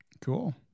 Cool